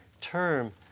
term